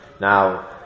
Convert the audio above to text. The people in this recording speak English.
Now